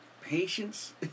patience